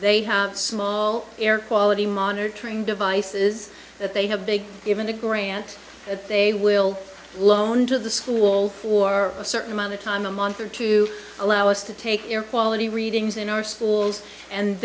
they have small air quality monitoring devices that they have big given the grant that they will loaned to the school for a certain amount of time a month or two allow us to take their quality readings in our schools and